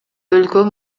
өлкө